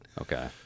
okay